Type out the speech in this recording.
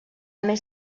més